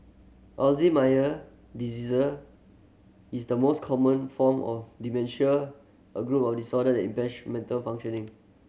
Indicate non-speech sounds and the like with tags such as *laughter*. Alzheimer diseaser is the most common form of dementia a group of disorder that *unintelligible* mental functioning